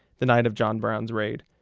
the night of john brown's raid.